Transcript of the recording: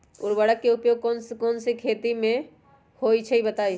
उर्वरक के उपयोग कौन कौन खेती मे होई छई बताई?